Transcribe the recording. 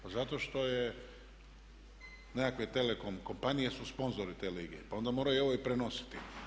Pa zato što je nekakve telekom kompanije su sponzori te lige pa onda moraju ovi i prenositi.